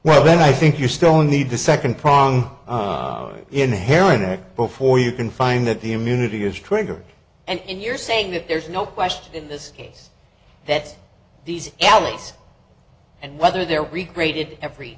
well then i think you still need the second prong inherent before you can find that the immunity is triggering and you're saying that there's no question in this case that these alleys and whether they're rated every